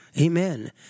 amen